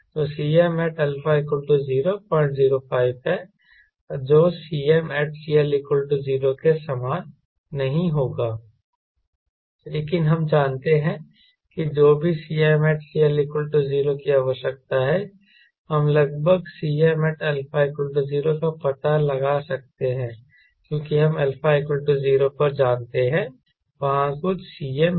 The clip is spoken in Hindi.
तो Cmat α0 005 है जो Cmat CL0 के समान नहीं होगा लेकिन हम जानते हैं कि जो भी Cmat CL0 की आवश्यकता है हम लगभग Cmat α0 का पता लगा सकते हैं क्योंकि हम α 0 पर जानते हैं वहाँ कुछ Cm है